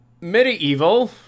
medieval